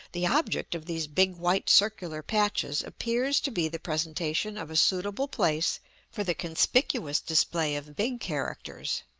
the object of these big white circular patches appears to be the presentation of a suitable place for the conspicuous display of big characters,